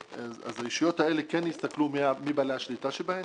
הישויות האלה כן יסתכלו מי בעלי השליטה שבהן,